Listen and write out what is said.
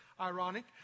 Ironic